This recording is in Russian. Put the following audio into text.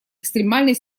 экстремальной